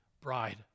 bride